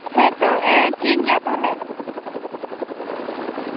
ᱦᱮᱸ ᱛᱚ ᱴᱷᱤᱠᱜᱮᱭᱟ ᱛᱟᱞᱚᱦᱮ